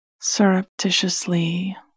surreptitiously